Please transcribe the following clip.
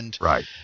Right